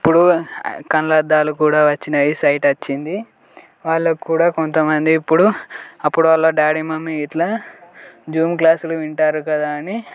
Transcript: ఇప్పుడు కళ్ళ అద్దాలు కూడా వచ్చినాయి సైట్ వచ్చింది వాళ్ళకి కూడా కొంతమంది ఇప్పుడు అప్పుడు వాళ్ళ డాడీ మమ్మీ ఇట్లా జూమ్ క్లాసులు వింటారు కదా అని